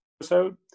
Episode